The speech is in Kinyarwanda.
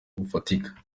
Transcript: bufatika